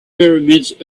pyramids